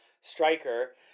striker